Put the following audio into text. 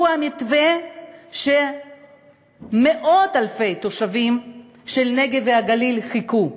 הוא המתווה שמאות-אלפי תושבים של הנגב והגליל חיכו לו.